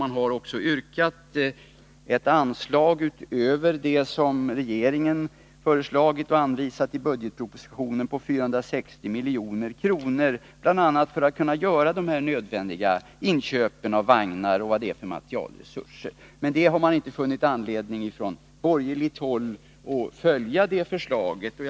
Man har också yrkat på ett anslag utöver det som regeringen har föreslagit i budgetpropositionen på 460 milj.kr., bl.a. för att kunna göra de nödvändiga inköpen av vagnar och andra materiella resurser. Men detta förslag har man från borgerligt håll inte funnit anledning att följa.